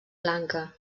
lanka